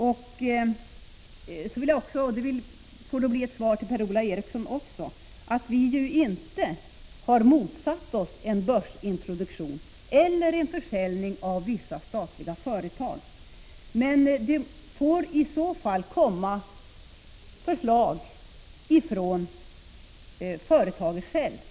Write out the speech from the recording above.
Jag vill tillägga, som svar också till Per-Ola Eriksson, att vi inte har motsatt oss en börsintroduktion eller försäljning av vissa statliga företag, men om en sådan skall ske bör det ske på förslag av det aktuella företaget självt.